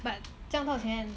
but 这样多少钱